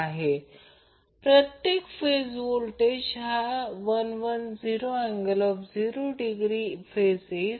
तर या प्रकरणात काय झाले सिस्टम बॅलन्सड आहे आणि सिंगल फेज विचारात घेणे पुरेसे आहे